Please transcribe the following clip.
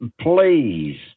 please